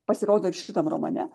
pasirodo ir šitam romane